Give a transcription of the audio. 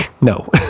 No